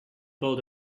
build